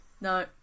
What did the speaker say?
No